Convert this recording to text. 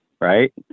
right